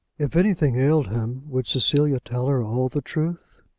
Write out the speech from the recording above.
if anything ailed him would cecilia tell her all the truth?